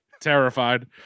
Terrified